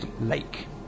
lake